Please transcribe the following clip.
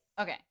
Okay